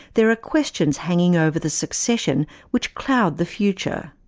there are questions hanging over the succession which cloud the future.